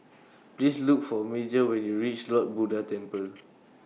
Please Look For Major when YOU REACH Lord Buddha Temple